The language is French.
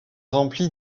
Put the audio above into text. rempli